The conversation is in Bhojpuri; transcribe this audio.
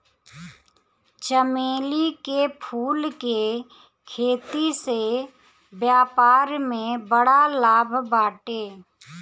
चमेली के फूल के खेती से व्यापार में बड़ा लाभ बाटे